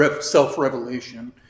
self-revelation